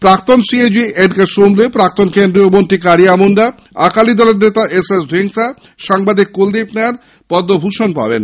প্রাক্তণ CAG V K Shunglu প্রাক্তণ কেন্দ্রীয় মন্ত্রী কারিয়া মুন্ডা আকালী দল নেতা এস এস দিন্সা সাংবাদিক কুলদীপ নায়ার পদ্মভূষণ পাবেন